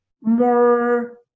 more